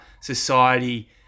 society